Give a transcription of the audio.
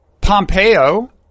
Pompeo